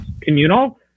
communal